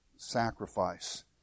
sacrifice